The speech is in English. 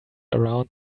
around